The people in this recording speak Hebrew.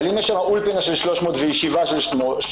אבל אם יש שם אולפנה של 300 וישיבה של 300,